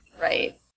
Right